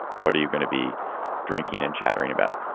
what are you going to be drinking and chattering about